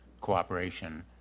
cooperation